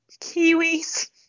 Kiwis